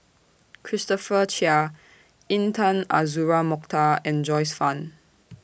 Christopher Chia Intan Azura Mokhtar and Joyce fan